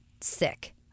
sick